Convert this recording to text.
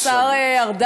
אדוני השר ארדן,